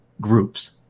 groups